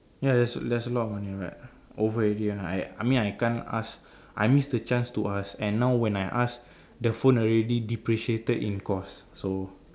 ya that's that's a lot of money but over already ah I I mean can't ask I miss the chance to ask and now when I ask the phone already depreciated in cost so